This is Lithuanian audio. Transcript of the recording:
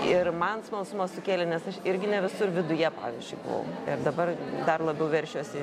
ir man smalsumą sukėlė nes aš irgi ne visur viduje pavyzdžiui buvau dabar dar labiau veršiuosi